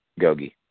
Gogi